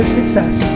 Success